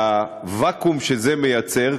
לוואקום שזה מייצר,